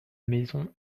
maison